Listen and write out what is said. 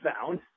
found